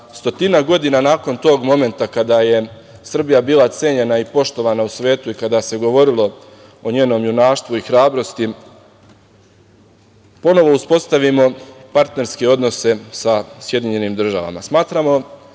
stotina godina nakon tog momenta kada je Srbija bila cenjena i poštovana u svetu i kada se govorilo o njenom junaštvu i hrabrosti, ponovo uspostavimo partnerske odnose sa SAD. Smatramo